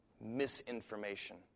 Misinformation